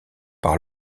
par